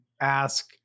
ask